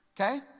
Okay